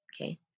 Okay